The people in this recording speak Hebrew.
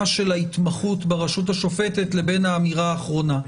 של ההתמחות ברשות השופטת לבין האמירה האחרונה.